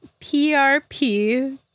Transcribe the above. PRP